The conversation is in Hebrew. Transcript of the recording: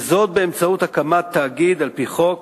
באמצעות הקמת תאגיד על-פי חוק,